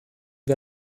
wir